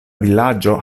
vilaĝo